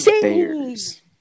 Bears